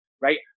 right